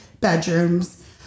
bedrooms